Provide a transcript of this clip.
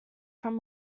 from